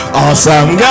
awesome